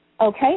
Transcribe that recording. Okay